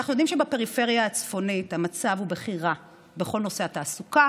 אנחנו יודעים שבפריפריה הצפונית המצב הוא בכי רע בכל הנושא של תעסוקה,